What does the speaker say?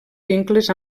vincles